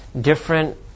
different